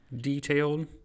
detailed